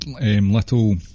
little